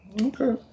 Okay